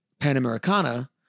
Panamericana